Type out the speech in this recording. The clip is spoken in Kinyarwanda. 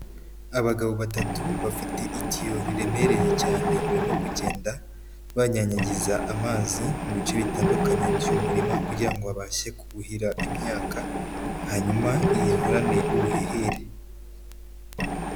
Abagabo batatu bafite itiyo riremereye cyane, barimo kugenda banyanyagiza amazi mu bice bitandukanye by'uyu murima kugira ngo babashe kuhira imyaka, hanyuma ihorane ubuhehere.